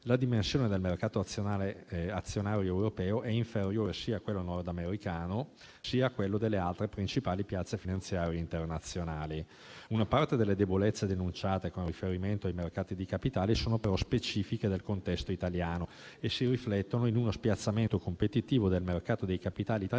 La dimensione del mercato azionario europeo è inferiore sia a quello nordamericano, sia a quello delle altre principali piazze finanziarie internazionali. Una parte delle debolezze denunciate con riferimento ai mercati di capitale è però specifica del contesto italiano e si riflette in uno spiazzamento competitivo del mercato dei capitali italiano